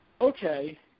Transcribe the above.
Okay